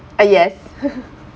uh yes